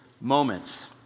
moments